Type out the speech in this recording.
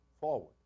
forward